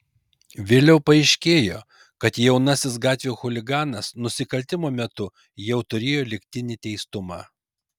vėliau paaiškėjo kad jaunasis gatvių chuliganas nusikaltimo metu jau turėjo lygtinį teistumą